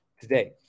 today